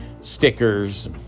stickers